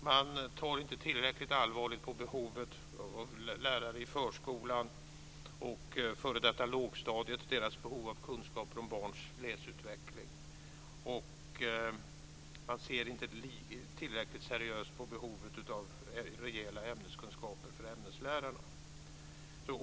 Man tar inte tillräckligt allvarligt på det behov av kunskaper om barns läsutveckling som lärare i förskolan och på f.d. lågstadiet har. Man ser inte tillräckligt seriöst på behovet av rejäla ämneskunskaper för ämneslärarna.